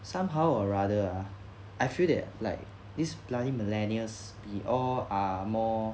somehow or rather ah I feel that like this coming millennials we all are more